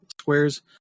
squares